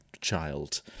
child